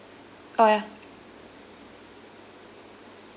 orh ya